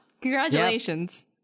Congratulations